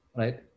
right